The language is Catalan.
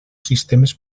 sistemes